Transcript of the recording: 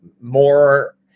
more